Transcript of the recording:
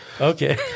Okay